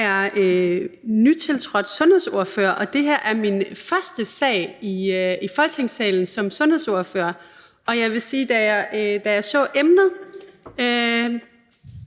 Jeg er nytiltrådt sundhedsordfører. Det her er min første sag i Folketingssalen som sundhedsordfører, og jeg vil sige, at da jeg så emnet,